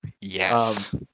Yes